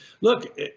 Look